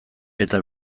eta